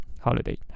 holiday